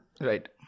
Right